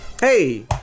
Hey